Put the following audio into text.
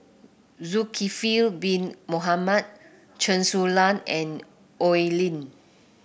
Zulkifli Bin Mohamed Chen Su Lan and Oi Lin